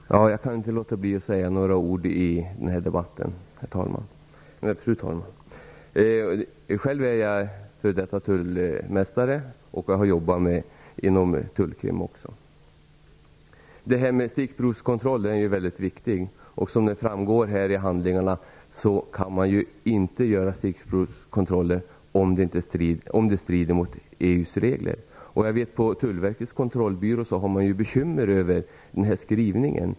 Fru talman! Jag kan inte låta bli att säga några ord i denna debatt. Själv är jag före detta tullmästare, och jag har också jobbat inom Tullkriminalen. Stickprovskontroller är väldigt viktiga. Som det framgår av handlingarna kan man inte göra stickprovskontroller om det strider mot EU:s regler. På Tullverkets kontrollbyrå har man bekymmer med denna skrivning.